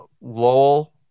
Lowell